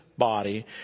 body